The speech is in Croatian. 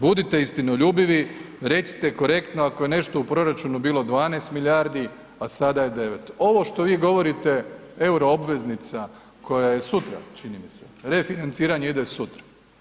Budite istinoljubivi, recite korektno ako je nešto u proračunu bili 12 milijardi a sada je 9. Ovo što vi govorite euro obveznica koja je sutra čini mi se, refinanciranje ide sutra.